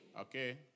Okay